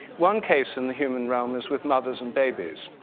one case in the human realm is with mothers and babies.